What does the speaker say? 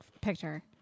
picture